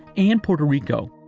and puerto rico.